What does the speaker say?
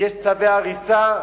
יש צווי הריסה,